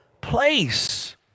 Place